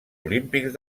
olímpics